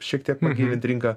šiek tiek pagyvint rinką